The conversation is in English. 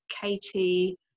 katie